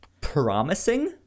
promising